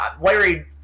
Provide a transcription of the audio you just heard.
Larry